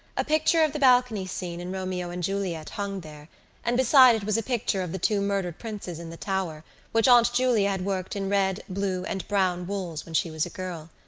a picture of the balcony scene in romeo and juliet hung there and beside it was a picture of the two murdered princes in the tower which aunt julia had worked in red, blue and brown wools when she was a girl.